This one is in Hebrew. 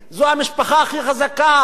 זו המשפחה הכי חזקה.